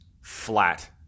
flat